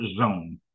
zone